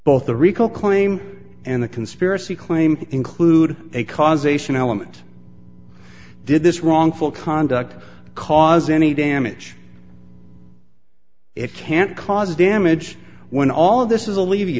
both the recall claim and the conspiracy claim include a causation element did this wrongful conduct cause any damage it can cause damage when all of this is